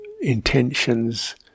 intentions